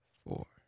four